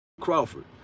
Crawford